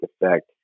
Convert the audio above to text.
effect